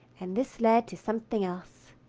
and this led to something else.